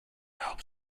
help